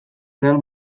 real